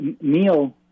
Neil